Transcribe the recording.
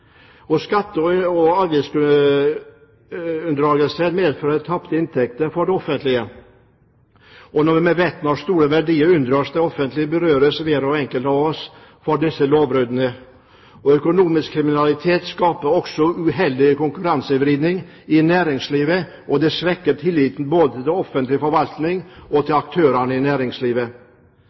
Skatte- og avgiftsunndragelser medfører tapte inntekter for det offentlige. Vi vet at når store verdier unndras det offentlige, berøres hver og en av oss av disse lovbruddene. Økonomisk kriminalitet skaper også uheldig konkurransevridning i næringslivet og svekker tilliten både til offentlig forvaltning og til aktører i næringslivet.